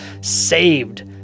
saved